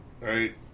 right